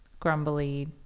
grumbly